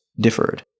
differed